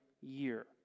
year